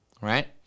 right